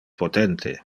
potente